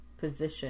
position